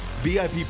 VIP